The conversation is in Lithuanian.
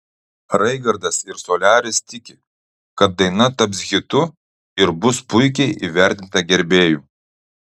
raigardas ir soliaris tiki kad daina taps hitu ir bus puikiai įvertinta gerbėjų